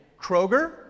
Kroger